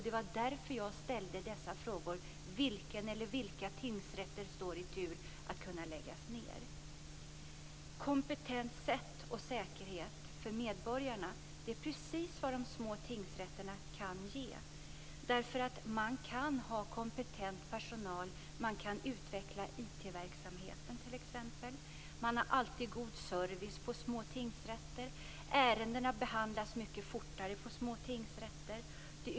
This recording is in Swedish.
Det var därför jag ställde dessa frågor. Vilken eller vilka tingsrätter står i tur att läggas ned? Kompetens och säkerhet för medborgarna - det är precis vad de små tingsrätterna kan ge. Man kan ha kompetent personal. Man kan utveckla IT verksamheten, t.ex. Man har alltid god service på små tingsrätter. Ärendena behandlas mycket fortare på små tingsrätter.